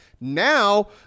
Now